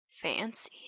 Fancy